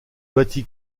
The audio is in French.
battit